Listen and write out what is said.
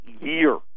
year